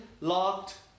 locked